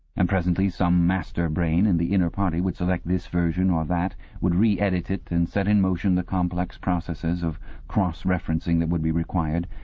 and presently some master brain in the inner party would select this version or that, would re-edit it and set in motion the complex processes of cross-referencing that would be required,